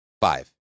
Five